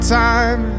time